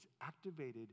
activated